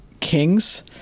Kings